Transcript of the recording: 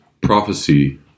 prophecy